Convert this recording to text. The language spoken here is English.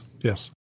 Yes